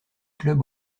clubs